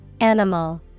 Animal